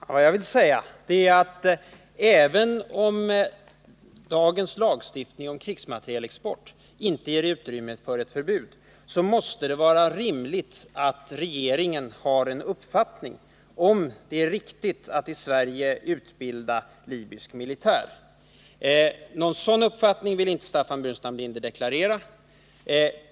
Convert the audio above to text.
Herr talman! Vad jag vill säga är att även om den gällande lagstiftningen om krigsmaterielexport inte ger utrymme för ett förbud i det här fallet, så måste det vara rimligt att regeringen har en uppfattning om huruvida det är riktigt att i Sverige utbilda libysk militär. Någon sådan uppfattning vill inte Staffan Burenstam Linder deklarera.